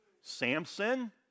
Samson